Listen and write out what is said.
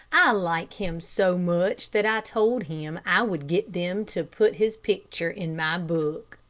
i like him so much that i told him i would get them to put his picture in my book.